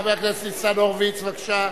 חבר הכנסת ניצן הורוביץ, בבקשה.